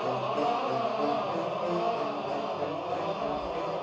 whoa whoa whoa